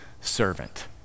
servant